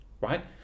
right